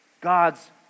God's